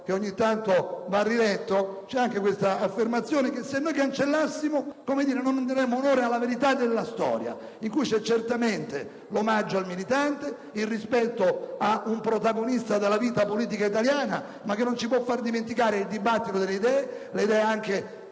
che ogni tanto andrebbe riletto, compare anche questa affermazione e se noi la cancellassimo non daremmo onore alla verità della storia, in cui c'è certamente l'omaggio al militante, il rispetto ad un protagonista della vita politica italiana. Ciò però non può farci dimenticare il dibattito delle idee, idee anche